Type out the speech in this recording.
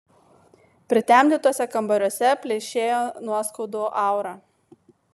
pritemdytuose kambariuose pleišėjo nuoskaudų aura